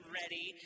ready